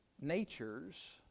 natures